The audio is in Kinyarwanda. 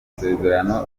masezerano